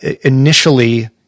initially